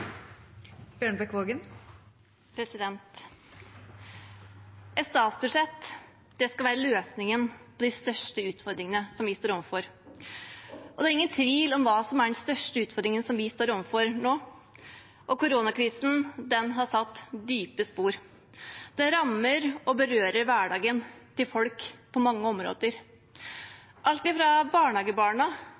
Et statsbudsjett skal være løsningen på de største utfordringene som vi står overfor. Det er ingen tvil om hva som er den største utfordringen som vi står overfor nå, og koronakrisen har satt dype spor. Det rammer og berører hverdagen til folk på mange områder, alt fra barnehagebarna